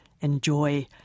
Enjoy